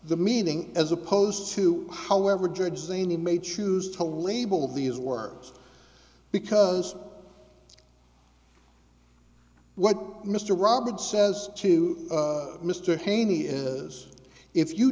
the meeting as opposed to however judge zany may choose to label these words because what mr roberts says to mr haney is if you